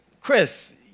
Chris